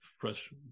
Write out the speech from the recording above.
fresh